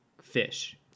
fish